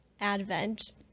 Advent